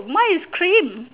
mine is cream